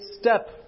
step